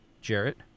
Jarrett